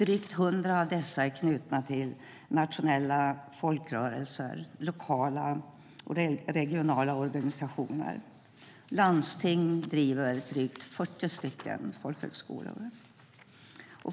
Drygt 100 av dessa är knutna till nationella folkrörelser, lokala och regionala organisationer. Landsting driver drygt 40 folkhögskolor.